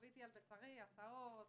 חוויתי על בשרי: הסעות,